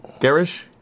garish